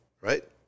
right